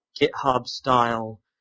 GitHub-style